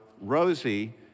Rosie